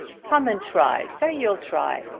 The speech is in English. come and try. say you'll try.